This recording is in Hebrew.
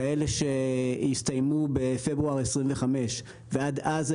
כאלה שיסתיימו בפברואר 2025. ועד אז,